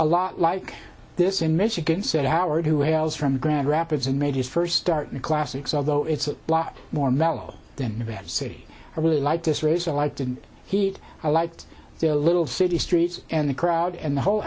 a lot like this in michigan said howard who hails from grand rapids and made his first start in classics although it's a lot more mellow than man city i really like this race i like the heat i liked their little city streets and the crowd and the whole